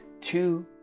two